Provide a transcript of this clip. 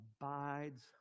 abides